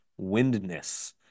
Windness